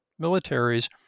militaries